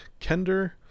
kender